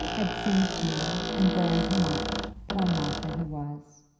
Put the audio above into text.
had singed him and burned him up, poor moth that he was?